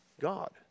God